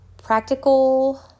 Practical